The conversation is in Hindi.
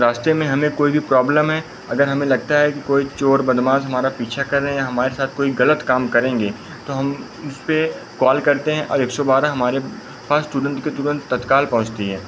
रास्ते में हमें कोई भी प्रॉब्लम है अगर हमें लगता है कि कोई चोर बदमाश हमारा पीछा कर रहे हैं या हमारे साथ कोई ग़लत काम करेंगे तो हम उसपर कॉल करते हैं और एक सौ बारह हमारे पास तुरन्त के तुरन्त तत्काल पहुँचती है